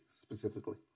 specifically